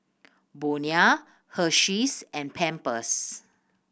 Bonia Hersheys and Pampers